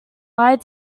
lied